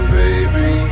baby